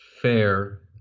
fair